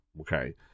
Okay